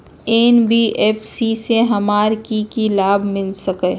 NBFC से हमार की की लाभ मिल सक?